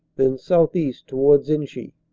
then southeast towards t nchy,